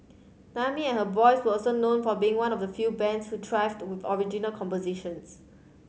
Naomi and her boys were also known for being one of the few bands who thrived with original compositions